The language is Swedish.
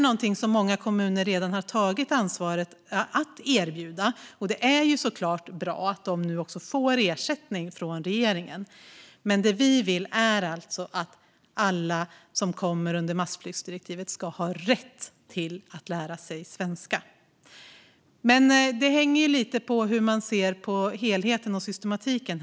Många kommuner har redan tagit ansvar för att erbjuda detta, och det är såklart bra att de nu också får ersättning från regeringen. Men det vi vill är alltså att alla som kommer under massflyktsdirektivet ska ha rätt att lära sig svenska. Det hänger dock lite på hur man ser på helheten och systematiken.